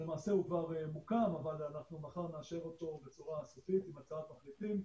שלמעשה הוא כבר מוקם אבל מחר נאשר אותו בצורה סופית עם הצעת מחליטים.